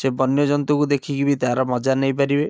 ସେ ବନ୍ୟଜନ୍ତୁକୁ ଦେଖିକି ବି ତାର ମଜା ନେଇପାରିବେ